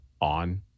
on